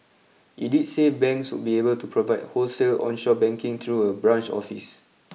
it did say banks would be able to provide wholesale onshore banking through a branch office